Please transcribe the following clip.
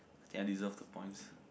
can I deserve the points